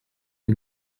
die